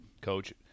Coach